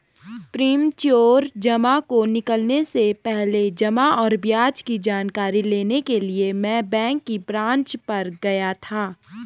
premature जमा को निकलने से पहले जमा और ब्याज की जानकारी लेने के लिए मैं बैंक की ब्रांच पर गया था